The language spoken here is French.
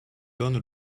donne